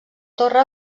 torre